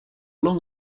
long